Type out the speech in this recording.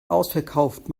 ausverkauft